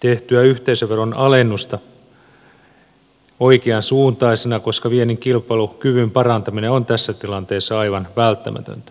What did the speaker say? tehtyä yhteisöveron alennusta oikean suuntaisena koska viennin kilpailukyvyn parantaminen on tässä tilanteessa aivan välttämätöntä